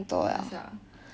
ya sia